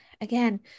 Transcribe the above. again